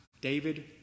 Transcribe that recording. David